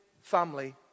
family